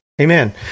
Amen